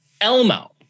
Elmo